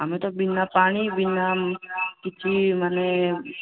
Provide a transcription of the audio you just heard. ଆମେ ତ ବିନା ପାଣି ବିନା କିଛି ମାନେ